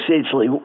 essentially